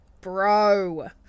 Bro